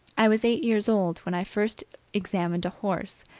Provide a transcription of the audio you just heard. i was eight years old when i first examined a horse,